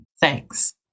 Thanks